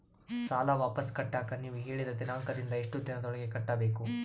ಸಾಲ ವಾಪಸ್ ಕಟ್ಟಕ ನೇವು ಹೇಳಿದ ದಿನಾಂಕದಿಂದ ಎಷ್ಟು ದಿನದೊಳಗ ಕಟ್ಟಬೇಕು?